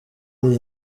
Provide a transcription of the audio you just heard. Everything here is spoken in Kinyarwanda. muri